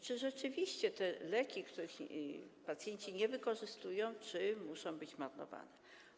Czy rzeczywiście leki, których pacjenci nie wykorzystują, muszą być marnowane?